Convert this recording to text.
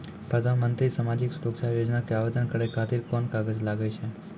प्रधानमंत्री समाजिक सुरक्षा योजना के आवेदन करै खातिर कोन कागज लागै छै?